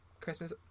Christmas